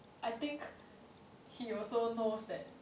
I think he also knows that